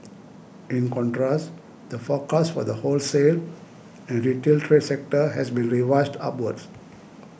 in contrast the forecast for the wholesale and retail trade sector has been revised upwards